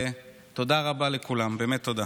תודה רבה לכולם, באמת תודה.